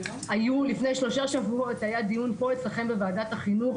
לפני שלושה שבועות היה דיון פה אצלכם בוועדת החינוך